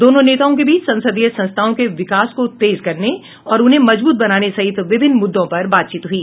दोनों नेताओं के बीच संसदीय संस्थाओं को विकास को तेज करने और उन्हें मजबूत बनाने सहित विभिन्न मुद्दों पर बातचीत हुई